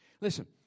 Listen